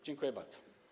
Dziękuję bardzo.